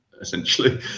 essentially